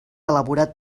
elaborat